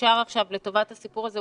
שמוכשר עכשיו לטובת הסיפור הזה,